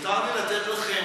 מותר לי לתת לכם